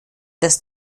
das